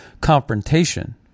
confrontation